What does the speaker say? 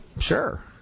Sure